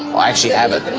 i actually have it.